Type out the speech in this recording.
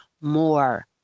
more